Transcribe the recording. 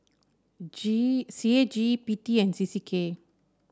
G C A G P T and C C K